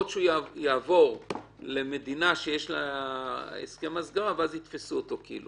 או שהוא יעבור למדינה שיש אתה הסכם הסגרה ואז יתפסו אותו.